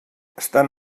estan